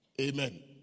Amen